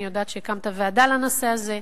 אני יודעת שהקמת ועדה לנושא הזה,